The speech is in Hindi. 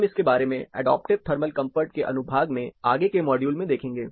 हम इसके बारे में एडाप्टिव थर्मल कंफर्ट के अनुभाग में आगे के मॉड्यूल में देखेंगे